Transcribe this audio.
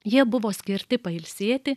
jie buvo skirti pailsėti